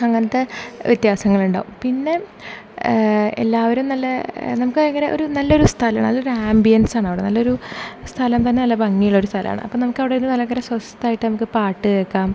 അങ്ങനത്തെ വ്യത്യാസങ്ങൾ ഉണ്ടാവും പിന്നെ എല്ലാവരും നല്ല നമ്മുക്ക് ഭയങ്കര ഒരു നല്ലൊരു സ്ഥലം നല്ലൊരു അമ്പിയൻസ് ആണവിടെ നല്ലൊരു സ്ഥലം തന്നെ നല്ല ഭംഗിയുള്ള ഒരു സ്ഥലാണ് അപ്പോൾ നമുക്ക് അവിടെ ഇരുന്ന് നല്ല സ്വസ്ഥമായിട്ട് പാട്ടു കേൾക്കാം